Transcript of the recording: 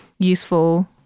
useful